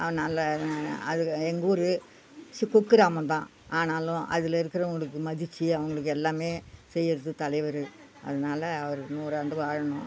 அதனால அது எங்கூர் சு குக்கிராமம் தான் ஆனாலும் அதில் இருக்கிறவங்களுக்கு மதிச்சு அவங்களுக்கு எல்லாமே செய்யறது தலைவர் அதனால அவர் நூறாண்டு வாழணும்